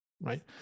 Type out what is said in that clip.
right